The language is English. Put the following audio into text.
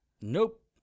Nope